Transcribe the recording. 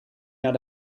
naar